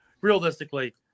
realistically